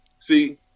See